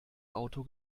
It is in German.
auto